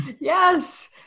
Yes